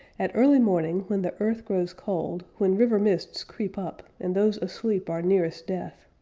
at early morning when the earth grows cold, when river mists creep up, and those asleep are nearest death,